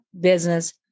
business